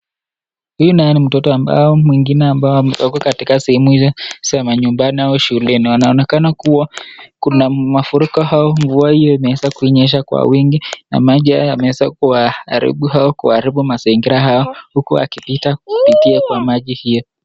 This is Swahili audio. Hii nayo ni mtoto ambao mwingine ambao wako katika sehemu hii za manyumbani au shuleni, waonekana kuwa, kuna mafuriko au mvua imeweza kunyesha. kwa wingi, maji haya yanaweza kuharibu au kuharibu mazingira huku wakipita ikiwekwa maji hiyo.